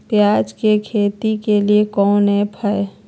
प्याज के खेती के लिए कौन ऐप हाय?